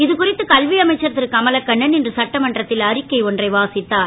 இதுகுறித்து கல்வி அமைச்சர் இருகமலக்கண்ணன் இன்று சட்டமன்றத்தில் அறிக்கை ஒன்றை வாசித்தார்